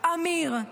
אמיר,